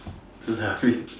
rubbish